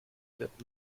wird